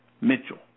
Mitchell